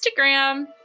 Instagram